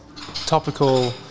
topical